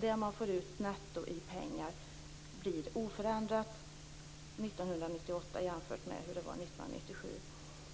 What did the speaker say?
Det man får ut netto i pengar blir oförändrat 1998 jämfört med 1997.